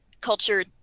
culture